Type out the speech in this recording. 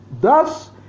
Thus